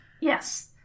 yes